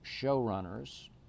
showrunners